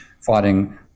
fighting